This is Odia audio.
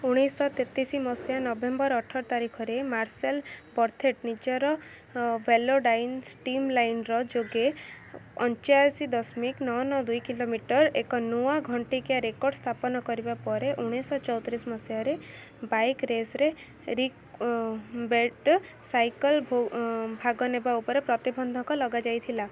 ଉଣେଇଶି ଶହ ତେତିଶି ମସିହା ନଭେମ୍ବର ଅଠର ତାରିଖରେ ମାର୍ସେଲ ବର୍ଥେଟ ନିଜର ଭେଲୋଡ଼ାଇନ ଷ୍ଟ୍ରିମଲାଇନର ଯୋଗେ ଅଞ୍ଚାଅଶୀ ଦଶମିକ ନଅ ନଅ ଦୁଇ କିଲୋମିଟର ଏକ ନୂଆ ଘଣ୍ଟିକିଆ ରେକର୍ଡ଼ ସ୍ଥାପନ କରିବା ପରେ ଉଣେଇଶି ଶହ ଚୋଉତିରିଶି ମସିହାରେ ବାଇକ୍ ରିକ୍ ସାଇକେଲ୍ ଭାଗ ନେବା ଉପରେ ପ୍ରତିବନ୍ଧକ ଲଗାଯାଇଥିଲା